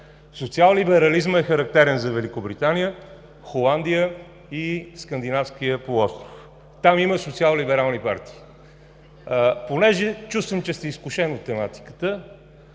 Социаллиберализмът е характерен за Великобритания, Холандия и Скандинавския полуостров. Там има социаллиберални партии. Понеже чувствам, че сте изкушен от тематиката,